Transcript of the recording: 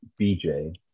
BJ